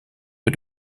peu